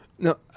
No